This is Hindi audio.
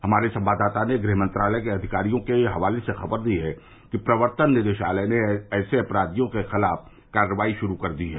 हमारे संवाददाता ने गृह मंत्रालय के अधिकारियों के हवाले से खबर दी है कि प्रवर्तन निदेशालय ने ऐसे अपराधियों के खिलाफ कार्रवाई शुरू कर दी है